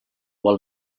vol